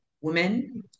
women